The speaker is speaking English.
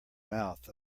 mouth